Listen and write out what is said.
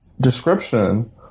description